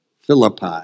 Philippi